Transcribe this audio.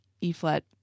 E-flat